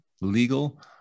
legal